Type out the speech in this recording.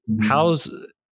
How's